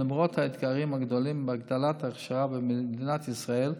ולמרות האתגרים הגדולים בהגדלת ההכשרה במדינת ישראל,